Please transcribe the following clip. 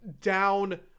down